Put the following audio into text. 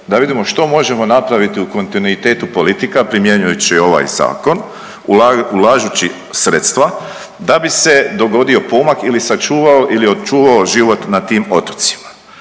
da vidimo što možemo napraviti u kontinuitetu politika primjenjujući ovaj zakon, ulažući sredstva da bi se dogodio pomak ili sačuvao ili očuvao život na tim otocima.